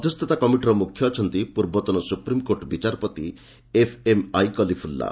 ମଧ୍ୟସ୍ଥତା କମିଟିର ମୁଖ୍ୟ ଅଛନ୍ତି ପୂର୍ବତନ ସୁପ୍ରିମ୍କୋର୍ଟ୍ ବିଚାରପତି ଏଫ୍ଏମ୍ଆଇ କାଲିଫୁଲ୍ଲା